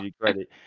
credit